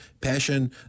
passion